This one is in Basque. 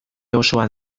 osoan